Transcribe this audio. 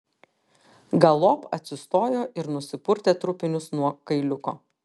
galop atsistojo ir nusipurtė trupinius nuo kailiuko